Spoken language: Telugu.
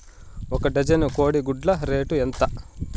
ఒక డజను కోడి గుడ్ల రేటు ఎంత?